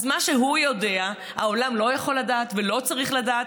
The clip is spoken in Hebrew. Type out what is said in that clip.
אז מה שהוא יודע העולם לא יכול לדעת ולא צריך לדעת?